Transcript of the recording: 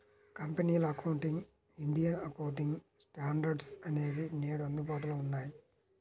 కంపెనీల accounting, Indian accounting standards అనేవి నేడు అందుబాటులో ఉన్నాయి